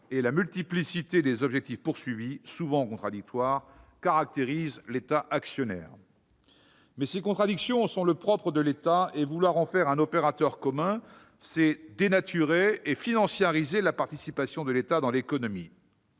« la multiplicité des objectifs poursuivis, souvent contradictoires, caractérise l'État actionnaire ». Ces contradictions sont le propre de l'État. Vouloir faire de l'État un opérateur commun, c'est dénaturer sa participation dans l'économie